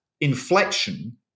inflection